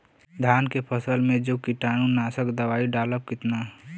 धान के फसल मे जो कीटानु नाशक दवाई डालब कितना?